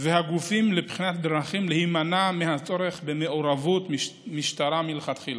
והגופים לבחינת דרכים להימנע מהצורך במעורבות משטרה מלכתחילה.